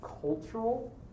cultural